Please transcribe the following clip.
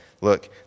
Look